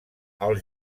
els